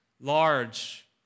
large